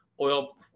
oil